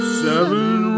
seven